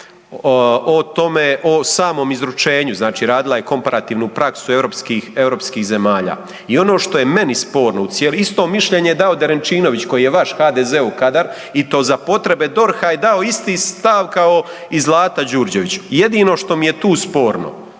o tome, o samom izručenju, značila radila je komparativnu praksu europskih zemalja i ono što je meni sporno, isto mišljenje je dao Derenčinović koji je vaš HDZ-ov kadar i to za potrebe DORH-a je dao isti stav kao i Zlata Đurđević, jedino što mi je tu sporno,